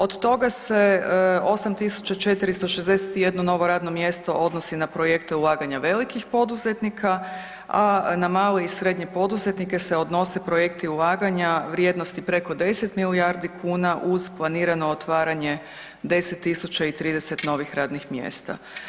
Od toga se 8 461 novo radno mjesto odnosi na projekte ulaganja velikih poduzetnika a na male i srednje poduzetnike se odnosi projekti ulaganja vrijednosti preko 10 milijardi kuna uz planirano otvaranje 10 030 novih radnih mjesta.